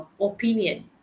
opinion